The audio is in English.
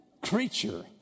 creature